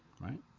Right